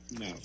No